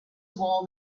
warm